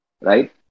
right